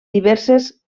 diverses